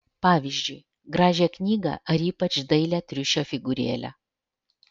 pavyzdžiui gražią knygą ar ypač dailią triušio figūrėlę